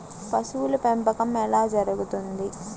పశువుల పెంపకం ఎలా జరుగుతుంది?